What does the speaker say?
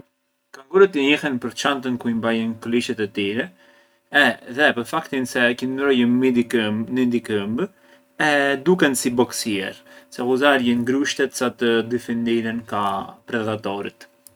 Kangurët njihen për çantën ku mbajën glishën e tyre edhe pë’ faktin se qëndrojën mbi dy këmb, në dy këmb e duken si boksier se ghuzarjën grushtet sa të difindiren ka predhatorët.